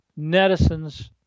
netizens